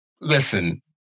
Listen